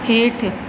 हेठि